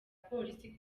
polisi